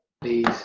please